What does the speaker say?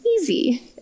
easy